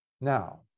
Now